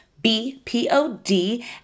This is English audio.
B-P-O-D